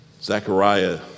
Zechariah